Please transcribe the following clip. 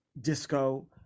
disco